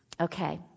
Okay